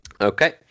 Okay